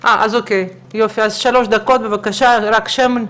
אוקיי, שלוש דקות בבקשה, שם.